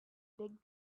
big